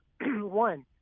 One